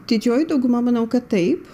didžioji dauguma manau kad taip